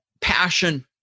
passion